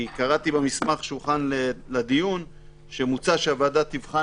כי קראתי במסמך שהוכן לדיון שמוצע שהוועדה תבחן